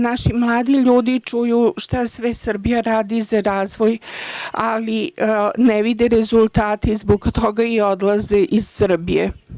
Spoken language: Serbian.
Naši mladi ljudi čuju šta sve Srbija radi za razvoj, ali ne vide rezultate i zbog toga odlaze iz Srbije.